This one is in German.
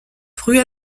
früh